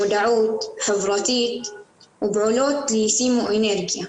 מודעות חברתית ופעולות להוצאת אנרגיה.